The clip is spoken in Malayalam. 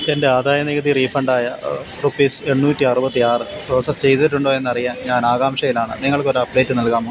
എൻ്റെ ആദായ നികുതി റീഫണ്ടായ റുപ്പീസ് എണ്ണൂറ്റി അറുപത്തി ആറ് പ്രോസസ്സ് ചെയ്തിട്ടുണ്ടോ എന്നറിയാൻ ഞാൻ ആകാംഷയിലാണ് നിങ്ങൾക്ക് ഒരു അപ്ഡേറ്റ് നൽകാമോ